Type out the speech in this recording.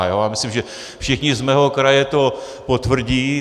Já myslím, že všichni z mého kraje to potvrdí.